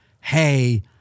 hey